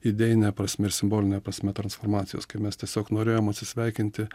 idėjine prasme ir simboline prasme transformacijos kai mes tiesiog norėjom atsisveikinti